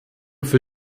für